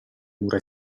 mura